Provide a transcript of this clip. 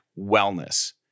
wellness